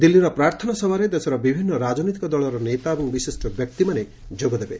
ଦିଲ୍ଲୀର ପ୍ରାର୍ଥନା ସଭାରେ ଦେଶର ବିଭିନ୍ନ ରାଜନୈତିକ ଦଳର ନେତା ଏବଂ ବିଶିଷ୍ଟ ବ୍ୟକ୍ତିମାନେ ଯୋଗଦେବେ